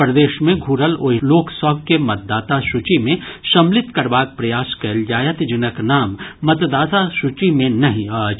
प्रदेश मे घूरल ओहि लोकसभ के मतदाता सूची मे सम्मिलित करबाक प्रयास कयल जायत जिनक नाम मतदाता सूची मे नहि अछि